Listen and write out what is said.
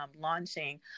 launching